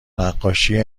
نقاشی